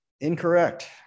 incorrect